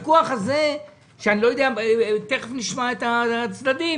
תכף נשמע את הצדדים,